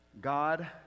God